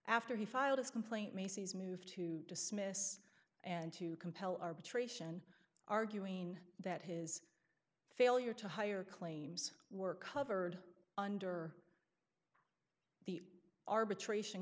after he filed his complaint macy's move to dismiss and to compel arbitration arguing that his failure to hire claims were covered under the arbitration